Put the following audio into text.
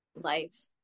life